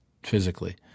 physically